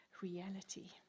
reality